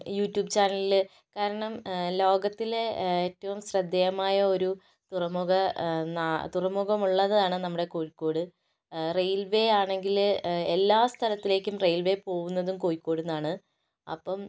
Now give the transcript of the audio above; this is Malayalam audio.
യൂട്യൂബ് ചാനലിൽ കാരണം ലോകത്തിലെ ഏറ്റവും ശ്രദ്ധേയമായ ഒരു തുറമുഖാ തുറമുഖമുള്ളതാണ് നമ്മുടെ കോഴിക്കോട് റെയിൽ വേ ആണെങ്കിൽ എല്ലാ സ്ഥലത്തിലേക്കും റെയിൽ വേ പോകുന്നതും കോഴിക്കോട് നിന്നാണ് അപ്പം